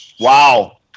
Wow